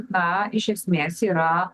na iš esmės yra